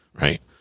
right